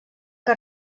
que